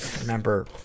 Remember